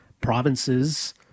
Provinces